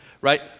right